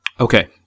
Okay